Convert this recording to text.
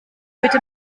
bitte